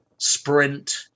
Sprint